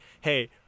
hey